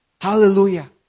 Hallelujah